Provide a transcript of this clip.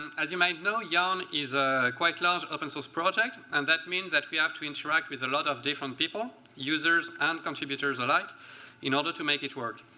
and as you might know, yarn is a quite large open-source project, and that means that we have to interact with a lot of different people users and contributors alike in order to make it work.